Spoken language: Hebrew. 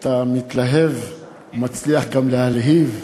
אתה מתלהב, מצליח גם להלהיב.